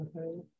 okay